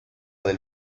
del